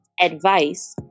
advice